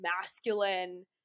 masculine